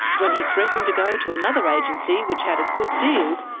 when he threatened to go to another agency which had a good deal,